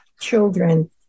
children